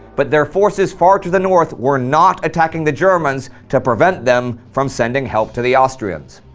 but their forces far to the north were not attacking the germans to prevent them from sending help to the austrians.